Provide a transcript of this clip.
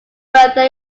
bertha